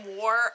war